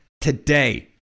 today